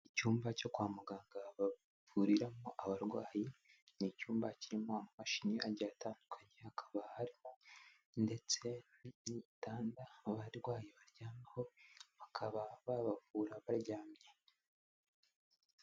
Icyumba cyo kwa muganga bavuriramo abarwayi, ni icyumba kirimo amashini agiye atandukanye, hakaba harimo ndetse n'igitanda abarwayi baryamaho, bakaba babavura baryamye.